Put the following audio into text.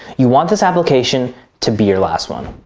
you want this application to be your last one.